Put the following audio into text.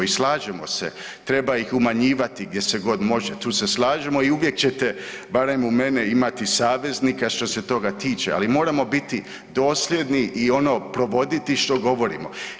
I slažemo se treba ih umanjivati gdje se god može, tu se slažemo i uvijek ćete barem u mene imati saveznika što se toga tiče, ali moramo biti dosljedni i ono provoditi što govorimo.